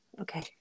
Okay